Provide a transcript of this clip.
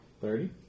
Thirty